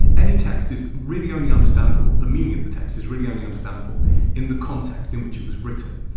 any text is really only understandable, the meaning of the text is really only understandable in the context in which it was written.